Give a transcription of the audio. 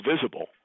visible